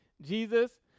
Jesus